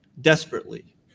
desperately